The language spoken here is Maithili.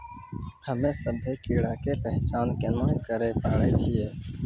हम्मे सभ्भे कीड़ा के पहचान केना करे पाड़ै छियै?